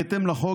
בהתאם לחוק,